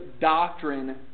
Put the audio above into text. doctrine